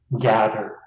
gather